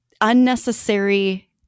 unnecessary